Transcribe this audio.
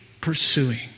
pursuing